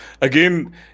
again